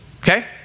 okay